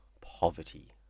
poverty